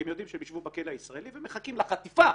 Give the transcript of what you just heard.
כי הם יודעים שישבו בכלא הישראלי ומחכים לחטיפה,